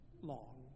long